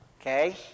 Okay